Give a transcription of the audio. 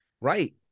Right